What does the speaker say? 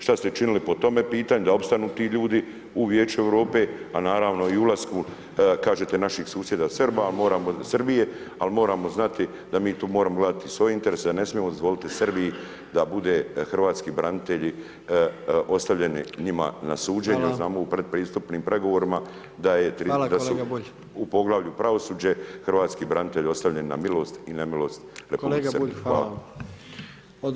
Šta ste učinili po tome pitanju da opstanu ti ljudi u Vijeću Europe, a naravno i ulasku, kažete naših susjeda Srba, a moramo, Srbije, ali moramo znati da mi tu moramo gledati i svoje interese, da ne smijemo dozvoliti Srbiji da budu hrvatski branitelji ostavljeni njima na suđenju jer znamo u p redpristupnim pregovorima da je, da su u poglavlju pravosuđe, hrvatski branitelji ostavljeni na milost i nemilost Republike Srbije.